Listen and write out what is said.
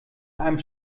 einem